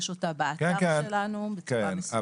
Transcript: יש אותה באתר שלנו בצורה מסודרת.